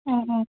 অঁ অঁ